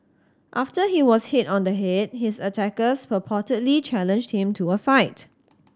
after he was hit on the head his attackers purportedly challenged him to a fight